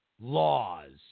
laws